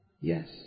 Yes